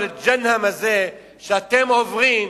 על ה"ג'הנם" הזה שאתם עוברים,